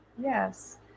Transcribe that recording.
Yes